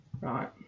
right